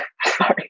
sorry